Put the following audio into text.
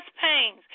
pains